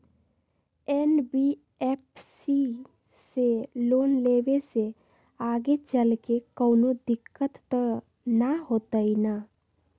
NBFC से loan लेबे से आगेचलके कौनो दिक्कत त न होतई न?